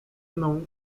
mną